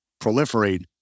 proliferate